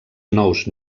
nous